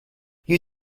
you